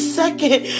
second